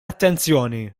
attenzjoni